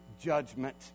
judgment